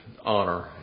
honor